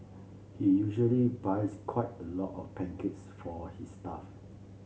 he usually buys quite a lot of pancakes for his staff